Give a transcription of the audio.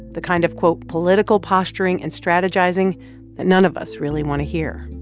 the kind of, quote, political posturing and strategizing that none of us really want to hear.